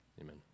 Amen